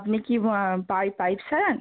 আপনি কি pipe pipe সারান